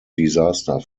disaster